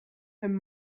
him